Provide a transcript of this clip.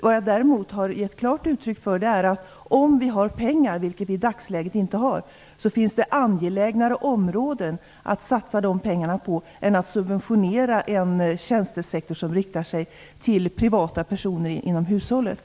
Vad jag däremot har givit klart uttryck för är att om vi har pengar, vilket vi i dagsläget inte har, finns det angelägnare områden att satsa de pengarna på än att subventionera en tjänstesektor som riktar sig till privata personer inom hushållet.